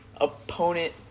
opponent